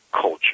culture